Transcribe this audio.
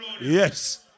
Yes